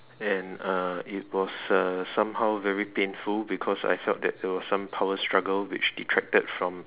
and uh it was uh somehow very painful because I felt that there was some power struggles which detracted from